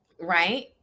right